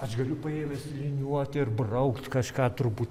aš galiu paėmęs liniuotę ir braukt kažką truputį